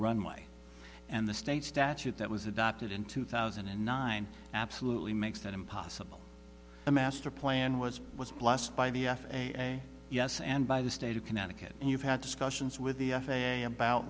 runway and the state statute that was adopted in two thousand and nine absolutely makes that impossible a master plan was was blessed by the f a a yes and by the state of connecticut and you've had discussions with the f a a about